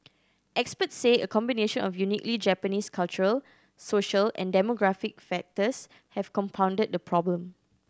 experts say a combination of uniquely Japanese cultural social and demographic factors have compounded the problem